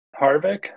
Harvick